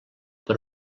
per